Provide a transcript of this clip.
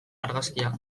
argazkia